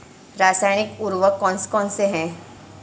रासायनिक उर्वरक कौन कौनसे हैं?